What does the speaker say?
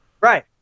right